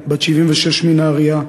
בת 76 מנהרייה,